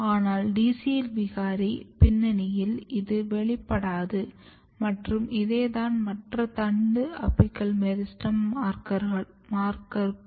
ஆனால் DCL விகாரி பின்னனியில் இது வெளிப்படாது மற்றும் இதேதான் மற்ற தண்டு அபிக்கல் மெரிஸ்டெம் மார்க்கருக்கும்